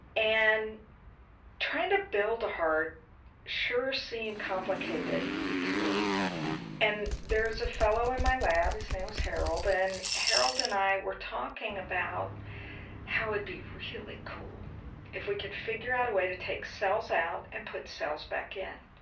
and trying to build a heart sure seemed complicated to me and there was a fellow in my lab, his name was harold, and harold and i were talking about how it'd be really cool if we could figure out a way to take cells out and put cells back in.